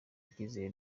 icyizere